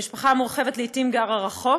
המשפחה המורחבת לעתים גרה רחוק,